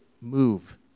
move